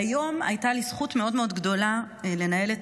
והיום הייתה לי זכות מאוד מאוד גדולה לנהל את